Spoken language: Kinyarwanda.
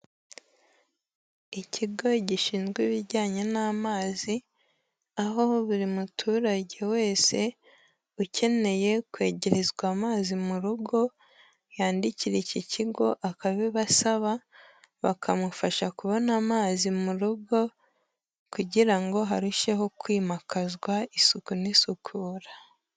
Ikigo gishinzwe ibijyanye n'amazi, aho buri muturage wese ukeneye kwegerezwa amazi mu rugo yandikira iki kigo akabibasaba, bakamufasha kubona amazi mu rugo, kugira ngo harusheho kwimakazwa isuku n'isukura.